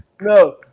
no